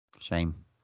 shame